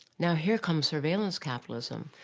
now, here comes surveillance capitalism,